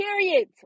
Period